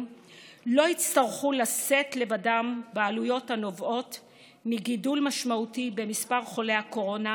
לא יצטרכו לשאת לבדם בעלויות הנובעות מגידול משמעותי במספר חולי הקורונה